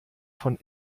von